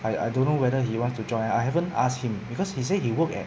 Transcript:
I I don't know whether he wants to join I haven't asked him because he say he work at